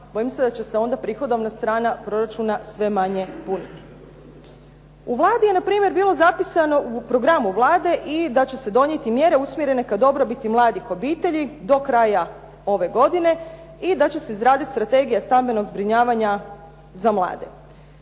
bojim se da će se onda prihodovna strana proračuna sve manje puniti. U Vladi je npr. u programu Vlade i da će se donijeti mjere usmjerene ka dobrobiti mladih obitelji do kraja ove godine i da će se izraditi strategija stambenog zbrinjavanja za mlade.